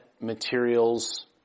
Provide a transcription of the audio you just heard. materials